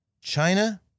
China